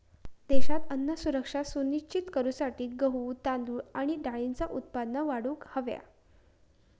देशात अन्न सुरक्षा सुनिश्चित करूसाठी गहू, तांदूळ आणि डाळींचा उत्पादन वाढवूक हव्या